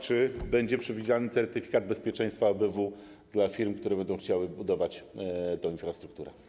Czy będzie przewidziany certyfikat bezpieczeństwa ABW dla firm, które będą chciały budować tę infrastrukturę?